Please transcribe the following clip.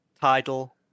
title